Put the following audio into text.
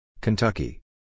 Kentucky